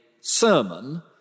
sermon